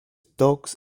dogs